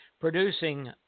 producing